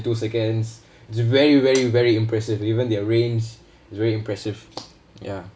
two seconds it's very very very impressive even their range is very impressive ya